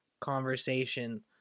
conversation